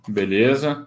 beleza